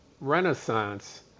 renaissance